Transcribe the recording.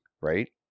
Right